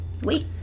wait